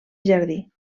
jardí